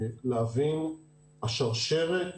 להבין הוא שהשרשרת